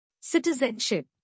Citizenship